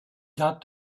got